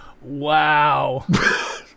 Wow